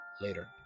Later